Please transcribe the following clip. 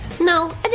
No